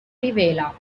rivela